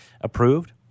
approved